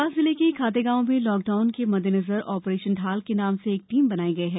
देवास जिले के खातेगांव में लॉकडाउन के मद्देनजर आपरेशन ढाल के नाम से एक टीम बनाई गई है